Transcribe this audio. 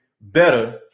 better